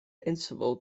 interval